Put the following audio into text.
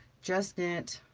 just knit,